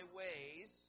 ways